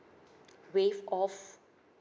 waive off